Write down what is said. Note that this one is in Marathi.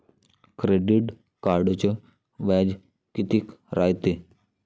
क्रेडिट कार्डचं व्याज कितीक रायते?